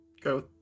go